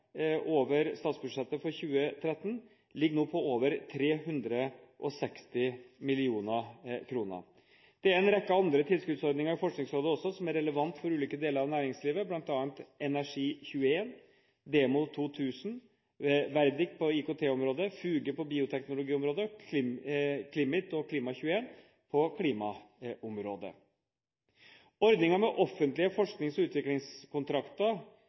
over statsbudsjettet for 2013 ligger nå på over 360 mill. kr. Det er også en rekke andre tilskuddsordninger i Forskningsrådet som er relevante for ulike deler av næringslivet, bl.a. Energi21, DEMO 2000, VERDIKT på IKT-området, FUGE på bioteknologiområdet, og CLIMIT og Klima21 på klimaområdet. Ordningen med offentlige forsknings- og utviklingskontrakter